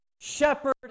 Shepherd